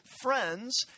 friends